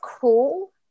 cool